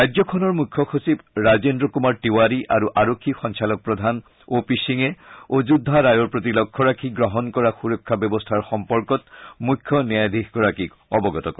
ৰাজ্যখনৰ মুখ্য সচিব ৰাজেন্দ্ৰ কুমাৰ তিৱাৰী আৰু আৰক্ষী সঞালক প্ৰধান অ' পি সিঙে অযোধ্যা ৰায়ৰ প্ৰতি লক্ষ্য ৰাখি গ্ৰহণ কৰা সুৰক্ষা ব্যৱস্থাৰ সম্পৰ্কত মুখ্য ন্যায়াধীশগৰাকীক অৱগত কৰে